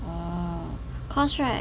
oh cause right